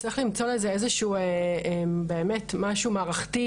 צריך למצוא לזה איזה שהוא משהו מערכתי,